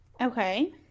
Okay